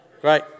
Great